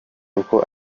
uko